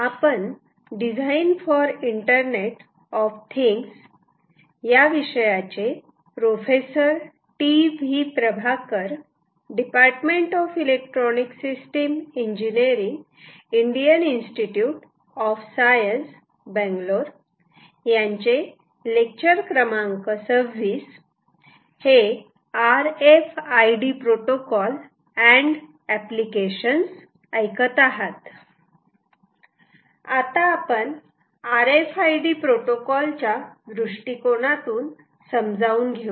आता आपण R F I D protocol च्या दृष्टिकोनातून समजावून घेऊ